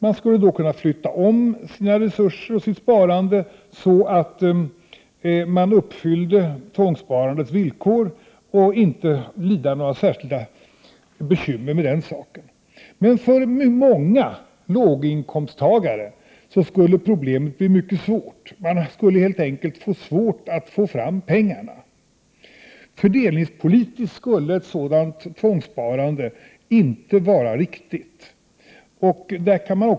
De skulle då flytta om sina resurser och sparande så att de uppfyllde tvångssparandets villkor och inte lida några särskilda bekymmer för den saken. Men för många låginkomsttagare skulle problemet bli mycket svårt. De skulle helt enkelt få svårt att få fram pengarna. Fördelningspolitiskt skulle ett sådant tvångssparande inte vara riktigt.